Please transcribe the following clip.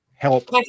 Help